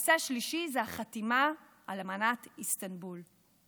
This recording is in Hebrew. הנושא השלישי זה החתימה על אמנת איסטנבול.